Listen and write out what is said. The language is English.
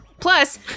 Plus